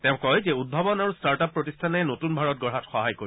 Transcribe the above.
তেওঁ কয় যে উদ্ভাৱন আৰু ষ্টাৰ্ট আপ প্ৰতিষ্ঠানে নতুন ভাৰত গঢ়াত সহায় কৰিব